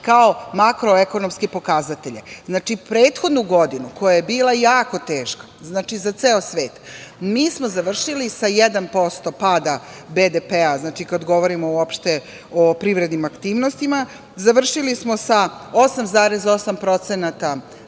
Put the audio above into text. kao makroekonomske pokazatelje. Znači, prethodnu godinu koja je bila jako teška za ceo svet, mi smo završili sa 1% pada BDP-a, kad govorimo uopšte o privrednim aktivnostima, završili smo sa 8,8%